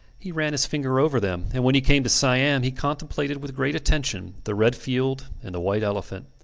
he ran his finger over them, and when he came to siam he contemplated with great attention the red field and the white elephant.